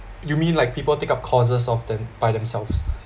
you mean like people take up courses of them by themselves